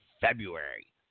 February